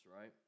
right